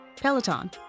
Peloton